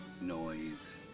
noise